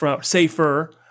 safer